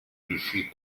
riuscì